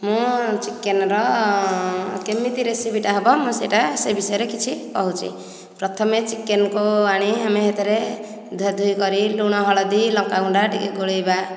ମୁଁ ଚିକେନ୍ ର କେମିତି ରେସିପି ଟା ହେବ ମୁଁ ସେଇଟା ସେ ବିଷୟରେ କିଛି କହୁଛି ପ୍ରଥମେ ଚିକେନ୍ କୁ ଆଣି ଆମେ ସେଥିରେ ଧୁଆଧୁଇ କରି ଲୁଣ ହଳଦି ଲଙ୍କାଗୁଣ୍ଡ ଟିକେ ଗୋଳେଇବା